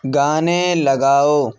گانے لگاؤ